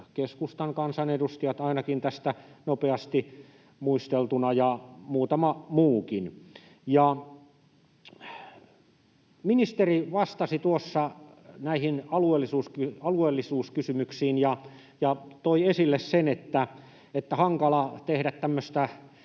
keskustan kansanedustajat — ainakin tästä nopeasti muisteltuna — ja muutama muukin. Ministeri vastasi tuossa näihin alueellisuuskysymyksiin ja toi esille sen, että hankalaa on tehdä tämmöistä